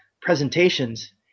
presentations